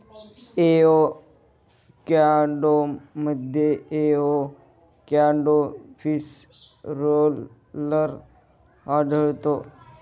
एवोकॅडोमध्ये avocado leaf roller आढळतो